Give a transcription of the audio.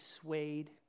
swayed